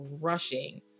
rushing